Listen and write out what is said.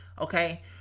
okay